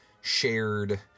shared